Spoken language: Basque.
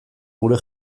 gure